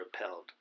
repelled